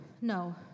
No